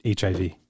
HIV